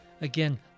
Again